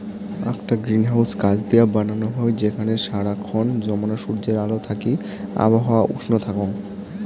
আকটা গ্রিনহাউস কাচ দিয়া বানানো হই যেখানে সারা খন জমানো সূর্যের আলো থাকি আবহাওয়া উষ্ণ থাকঙ